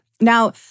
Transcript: Now